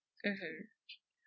mmhmm